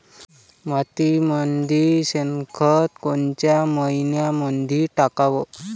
मातीमंदी शेणखत कोनच्या मइन्यामंधी टाकाव?